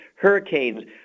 hurricanes